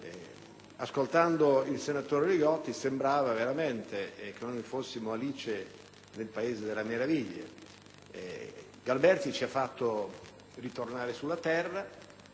Ascoltando il senatore Li Gotti sembrava veramente che fossimo Alice nel paese delle meraviglie. Il collega Galperti ci ha fatto tornare sulla terra